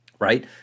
Right